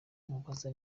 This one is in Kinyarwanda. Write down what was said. amubaza